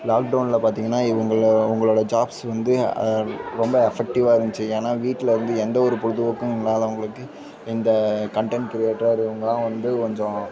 லாக்டவுனில் பார்த்திங்கன்னா இவங்களை இவங்களோடய ஜாப்ஸு வந்து ரொம்ப அஃபெக்டிவ்வாக இருந்துச்சு ஏன்னால் வீட்டில் வந்து எந்த ஒரு பொழுதுபோக்கும் இல்லாதவங்களுக்கு இந்த கன்டென்ட் க்ரியேட்டர் இவங்களாம் வந்து கொஞ்சம்